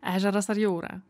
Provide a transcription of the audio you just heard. ežeras ar jūra